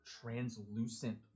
translucent